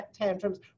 tantrums